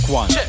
one